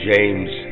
James